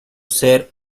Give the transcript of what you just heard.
ser